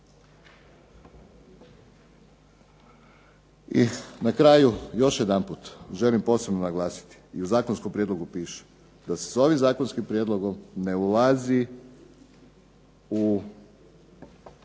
I na kraju još jedanput želim posebno naglasiti i u zakonskom prijedlogu piše da se sa ovim zakonskim prijedlogom ne ulazi u